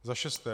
Za šesté.